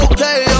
Okay